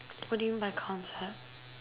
what do you mean by concept